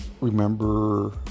remember